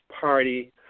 Party